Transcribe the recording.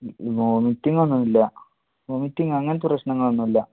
വൊമിറ്റിംഗൊന്നുമില്ല vomiting അങ്ങനത്തെ പ്രശ്നങ്ങളൊന്നുമില്ല